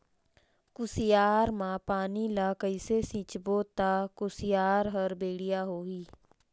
कुसियार मा पानी ला कइसे सिंचबो ता कुसियार हर बेडिया होही?